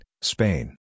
Spain